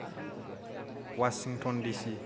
Washington DC